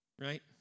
Right